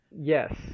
Yes